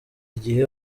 igihe